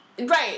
Right